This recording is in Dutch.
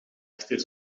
achter